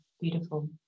Beautiful